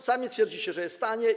Sami twierdzicie, że jest tanie.